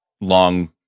long